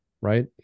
right